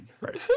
Right